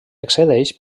accedeix